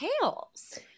tails